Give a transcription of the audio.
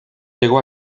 llegó